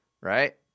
right